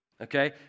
okay